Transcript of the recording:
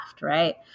Right